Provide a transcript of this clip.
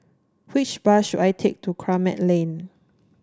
which bus should I take to Kramat Lane